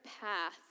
path